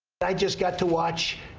but i just got to watch.